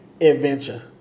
Adventure